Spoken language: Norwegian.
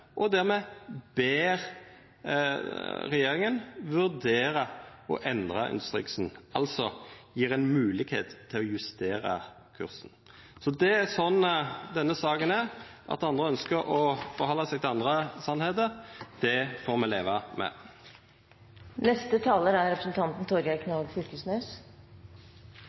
og dermed ber regjeringa vurdera å endra instruksen, altså gje ei moglegheit til å justera kursen. Det er sånn denne saka er. At andre ønskjer å halda seg til andre sanningar, får me leva